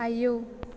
आयौ